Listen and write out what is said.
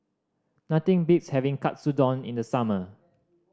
nothing beats having Katsudon in the summer